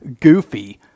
goofy